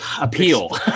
appeal